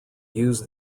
use